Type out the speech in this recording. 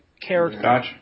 character